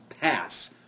pass